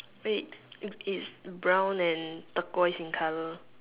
wait it is brown and turquoise in color